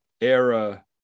era